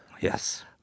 Yes